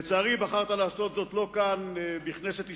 לצערי בחרת לעשות זאת לא כאן, בכנסת ישראל,